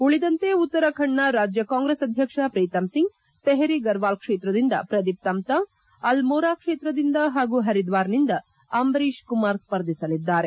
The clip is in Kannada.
ಉಳಿದಂತೆ ಉತ್ತರಾಖಂಡ್ನ ರಾಜ್ಯ ಕಾಂಗ್ರೆಸ್ ಅಧ್ಯಕ್ಷ ಪ್ರೀತಂ ಸಿಂಗ್ ತೆಹ್ರಿ ಗರ್ವಾಲ್ ಕ್ಷೇತ್ರದಿಂದ ಪ್ರದೀಪ್ ತಮ್ತಾ ಅಲ್ಮೋರಾ ಕ್ಷೇತ್ರದಿಂದ ಹಾಗೂ ಪರಿದ್ವಾರ್ದಿಂದ ಅಂಬರೀಷ್ ಕುಮಾರ್ ಸ್ಪರ್ಧಿಸಲಿದ್ದಾರೆ